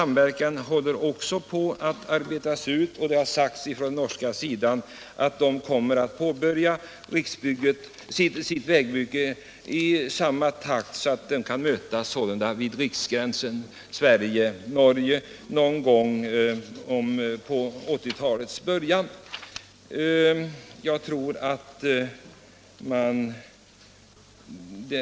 Man håller på att utarbeta denna samverkan, och det har sagts från den norska sidan att man där kommer att påbörja sitt vägbygge i samma takt, så att vägbyggena sålunda kan mötas vid Riksgränsen i början av 1980-talet.